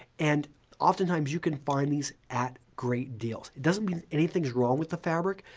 and oftentimes, you can find these at great deals. it doesn't mean anything's wrong with the fabric.